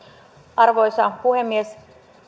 arvoisa puhemies